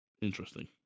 Interesting